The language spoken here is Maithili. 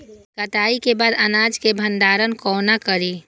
कटाई के बाद अनाज के भंडारण कोना करी?